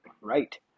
right